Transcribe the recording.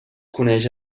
coneix